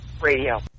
radio